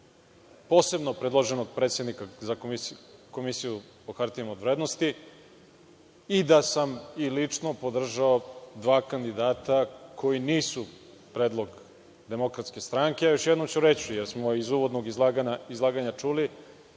posebno predloženog predsednika za Komisiju za hartije od vrednosti i da sam i lično podržao dva kandidata koji nisu predlog DS.Još jednom ću reći, jer smo iz uvodnog izlaganja čuli